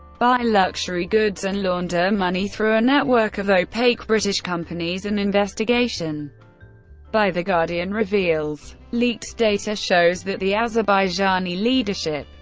buy luxury goods and launder money through a network of opaque british companies, an investigation by the guardian reveals. leaked data shows that the azerbaijani leadership,